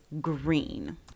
green